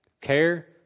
care